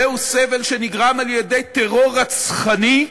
זהו סבל שנגרם על-ידי טרור רצחני,